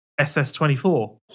SS24